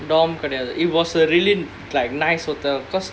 கெடயாது:kedayaathu it was a really like nice hotel because